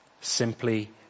simply